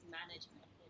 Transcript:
management